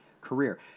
career